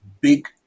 big